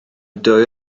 dwy